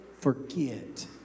forget